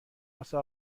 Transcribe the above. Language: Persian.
واسه